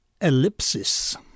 ellipsis